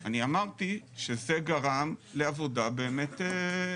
אני אמרתי שזה גרם לעבודה באמת איטית.